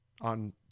on